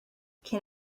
can